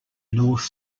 north